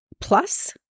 Plus